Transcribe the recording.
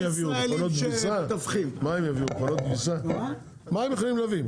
מה הם יכולים להביא?